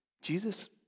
Jesus